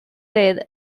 his